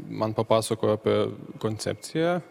man papasakojo apie koncepciją